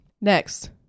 next